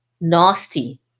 nasty